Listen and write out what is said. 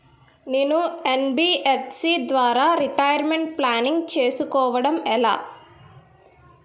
నేను యన్.బి.ఎఫ్.సి ద్వారా retirement planning చేసుకోవడం ఎలా?